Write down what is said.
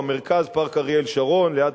אם במרכז,